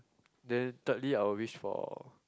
then thirdly I will wish for